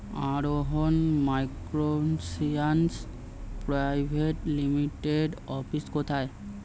আরোহন microfinance private লিমিটেডের অফিসটি কোথায়?